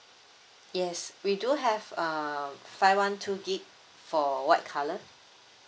yes we do have um five one two gigabyte for white colour